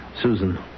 Susan